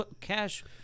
Cash